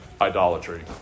idolatry